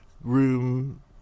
room